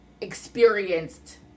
experienced